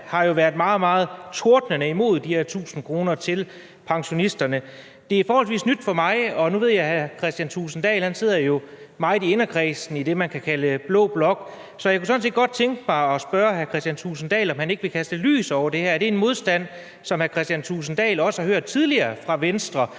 har været meget, meget tordnende imod de her 1.000 kr. til pensionisterne. Det er forholdsvis nyt for mig, og nu ved jeg, at hr. Kristian Thulesen Dahl jo sidder meget i inderkredsen i det, man kan kalde blå blok. Så jeg kunne sådan set godt tænke mig at spørge hr. Kristian Thulesen Dahl, om han ikke vil kaste lys over det her. Er det en modstand, som hr. Kristian Thulesen Dahl også har hørt tidligere fra Venstre?